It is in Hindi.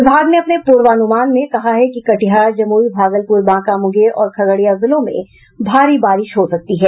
विभाग ने अपने पूर्वानुमान में कहा है कि कटिहार जमुई भागलपुर बांका मुंगेर और खगड़िया जिलों में भारी बारिश हो सकती है